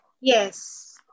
Yes